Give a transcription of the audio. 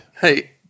Hey